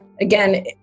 Again